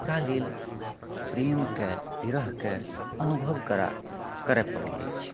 ओकरालेल प्रेमकेँ विरहकेँ अनुभव करए पड़ैत अछि